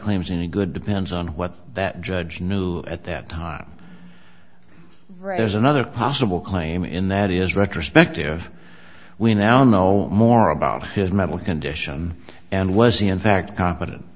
claims any good depends on what that judge knew at that time there is another possible claim in that is retrospective we now know more about his mental condition and was in fact competent